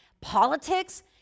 politics